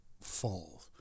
fall